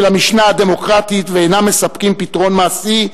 המשנה הדמוקרטית ואינם מספקים פתרון מעשי,